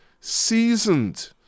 seasoned